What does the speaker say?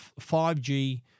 5G